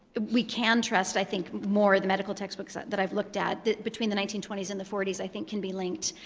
we can trust, i think, more, the medical textbooks that that i've looked at that between the nineteen twenty s and the forty s, i think, can be linked.